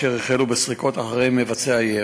אשר החלו בסריקות אחרי מבצעי הירי.